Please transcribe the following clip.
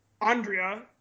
Andrea